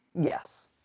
Yes